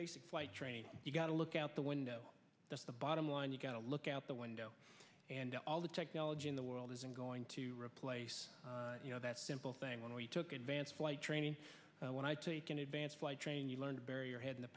basic flight training you got to look out the window that's the bottom line you gotta look out the window and all the technology in the world isn't going to replace you know that simple thing when we took advanced flight training when i take an advance flight training you learn to bury your head